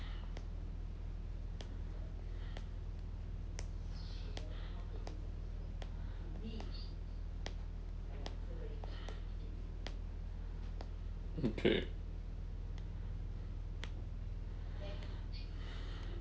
okay